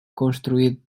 construído